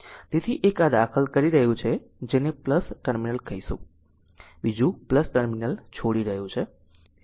તેથી એક આ દાખલ કરી રહ્યું છે જેને ટર્મિનલ કહીશું બીજું ટર્મિનલ છોડી રહ્યું છે